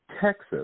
Texas